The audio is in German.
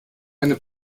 eine